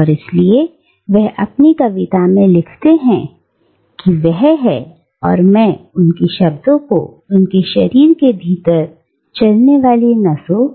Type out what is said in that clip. और इसलिए वह अपनी कविता में लिखते हैं कि वह हैं और मैं उनकी शब्दों को उनके शरीर के भीतर चलने वाली नसों